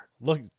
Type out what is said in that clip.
look